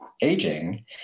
aging